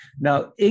Now